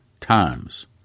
times